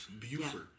Buford